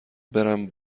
برم